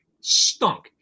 Stunk